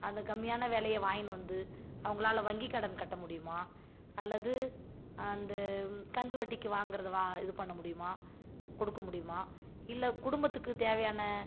அந்த கம்மியான விலைய வாங்கின்னு வந்து அவங்களால வங்கி கடன் கட்ட முடியுமா அல்லது அந்த கந்துவட்டிக்கு வாங்குறதை வா இது பண்ண முடியுமா கொடுக்க முடியுமா இல்லை குடும்பத்துக்கு தேவையான